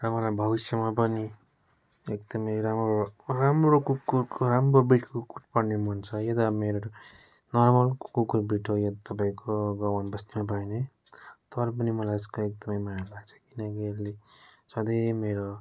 र मलाई भविष्यमा पनि एकदमै राम्रो राम्रो कुकुरको राम्रो ब्रिड कुकुर पाल्ने मन छ यो त मेरो नर्मल कुकुरको ब्रिड हो यो त तपाईँको गाउँमा बस्तीमा पाइने तर पनि मलाई यसको एकदमै माया लाग्छ किनकि यसले सधैँ मेरो